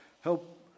help